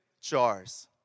jars